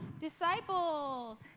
disciples